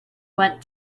went